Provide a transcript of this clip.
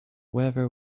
whether